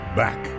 back